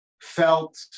felt